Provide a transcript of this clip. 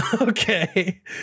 Okay